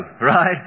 Right